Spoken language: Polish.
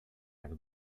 jak